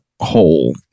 whole